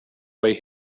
way